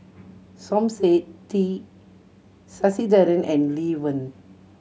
Som Said T Sasitharan and Lee Wen